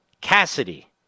Cassidy